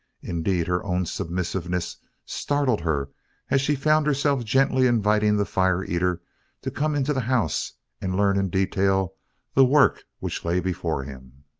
indeed, her own submissiveness startled her as she found herself gently inviting the fire eater to come into the house and learn in detail the work which lay before him.